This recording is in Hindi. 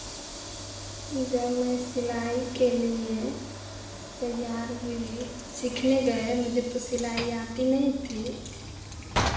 जब मैं सिलाई के लिए तैयार हुई सीखने गए मुझे तो सिलाई आती नहीं थी